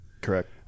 Correct